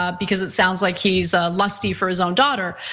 ah because it sounds like he's lusty for his own daughter.